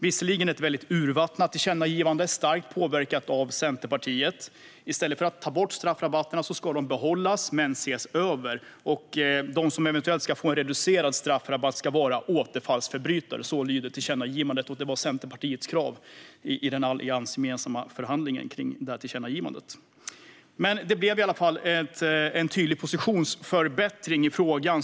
Visserligen blev det ett urvattnat tillkännagivande, som var starkt påverkat av Centerpartiet. I stället för att straffrabatterna ska tas bort ska de behållas men ses över. Och de som eventuellt ska få en reducerad straffrabatt ska vara återfallsförbrytare. Så lyder tillkännagivandet. Det var Centerpartiets krav i den alliansgemensamma förhandlingen inför tillkännagivandet. Det blev i alla fall en tydlig positionsförbättring i frågan.